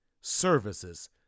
services